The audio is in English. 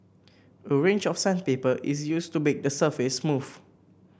a range of sandpaper is used to make the surface smooth